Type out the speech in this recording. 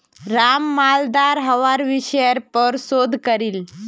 राम मालदार हवार विषयर् पर शोध करील